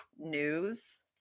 news